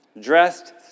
dressed